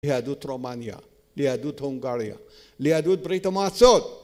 ליהדות רומניה, ליהדות הונגריה, ליהדות ברית המועצות